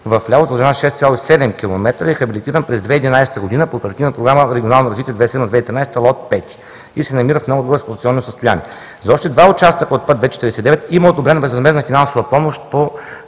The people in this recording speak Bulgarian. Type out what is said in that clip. вляво, с дължина 6,7 км. е рехабилитиран през 2011 г. по Оперативна програма „Регионално развитие 2007 2013 г.“ Лот 5 и се намира в много добро експлоатационно състояние. За още два участъка от път II-49 има одобрена безвъзмездна финансова помощ по